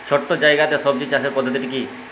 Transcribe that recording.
ছোট্ট জায়গাতে সবজি চাষের পদ্ধতিটি কী?